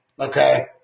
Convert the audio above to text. Okay